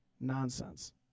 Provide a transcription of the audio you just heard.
Nonsense